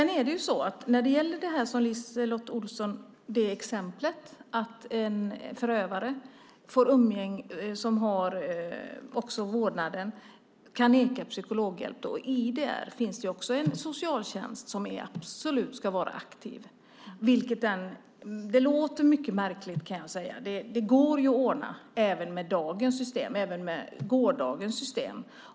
När det gäller exemplet som LiseLotte Olsson tog, att en förövare som också har vårdnaden om ett barn kan neka barnet psykologhjälp, finns det också en socialtjänst som absolut ska vara aktiv. Det låter mycket märkligt, men det går att ordna även med dagens och gårdagens system.